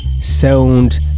sound